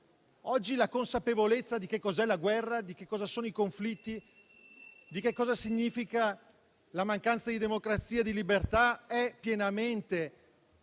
Oggi la consapevolezza di che cos'è la guerra, di cosa sono i conflitti, di cosa significa la mancanza di democrazia e di libertà è pienamente